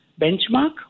benchmark